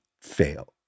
fail